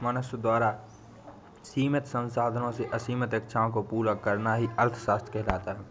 मनुष्य द्वारा सीमित संसाधनों से असीमित इच्छाओं को पूरा करना ही अर्थशास्त्र कहलाता है